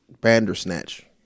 Bandersnatch